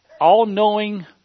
all-knowing